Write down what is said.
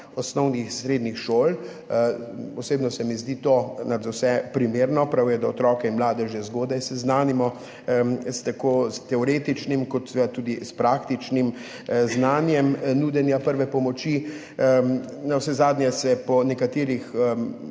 osnovnih in srednjih šol. Osebno se mi zdi to nadvse primerno. Prav je, da otroke in mlade že zgodaj seznanimo tako s teoretičnim kot tudi s praktičnim znanjem nudenja prve pomoči. Navsezadnje se po nekaterih